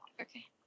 Okay